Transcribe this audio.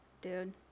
dude